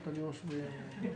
חוץ מזה,